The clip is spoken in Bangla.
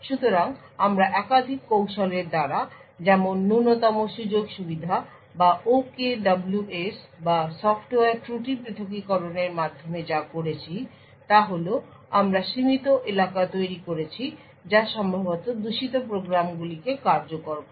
সুতরাং আমরা একাধিক কৌশলের দ্বারা যেমন ন্যূনতম সুযোগ সুবিধা বা OKWS বা সফ্টওয়্যার ত্রুটি পৃথকীকরণের মাধ্যমে যা করেছি তা হল আমরা সীমিত এলাকা তৈরি করেছি যা সম্ভবত দূষিত প্রোগ্রামগুলিকে কার্যকর করে